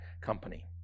company